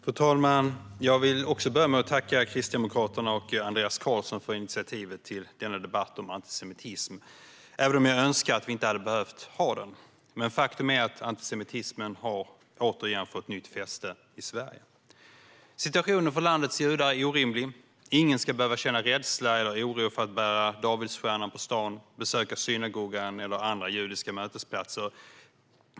Fru talman! Jag vill också börja med att tacka Kristdemokraterna och Andreas Carlson för initiativet till denna debatt om antisemitism, även om jag önskar att vi inte hade behövt ha den. Men faktum är att antisemitismen återigen har fått nytt fäste i Sverige. Situationen för landets judar är orimlig. Ingen ska behöva känna rädsla eller oro för att bära davidsstjärnan på stan, besöka synagogan eller andra judiska mötesplatser.